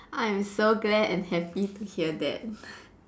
I am so glad and happy to hear that